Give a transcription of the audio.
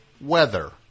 weather